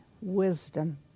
wisdom